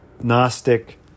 Gnostic